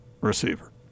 receiver